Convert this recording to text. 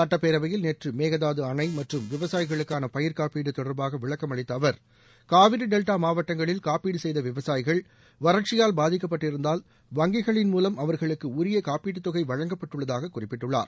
சட்டப்பேரவையில் நேற்று மேகதாது அணை மற்றும் விவசாயிகளுக்கான பயிர் காப்பீடு தொடர்பாக விளக்கம் அளித்த அவர் காவிரி டெல்டா மாவட்டங்களில் காப்பீடு செய்த விவசாயிகள் வறட்சியால் பாதிக்கப்பட்டிருந்தால் வங்கிகளின் மூலம் அவர்களுக்கு உரிய காப்பீட்டு தொகை வழங்கப்பட்டுள்ளதாக குறிப்பிட்டார்